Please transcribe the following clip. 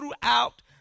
throughout